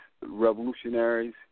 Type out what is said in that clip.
revolutionaries